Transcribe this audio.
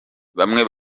bamwe